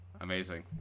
Amazing